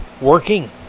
working